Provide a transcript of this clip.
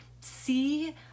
see